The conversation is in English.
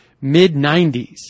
mid-90s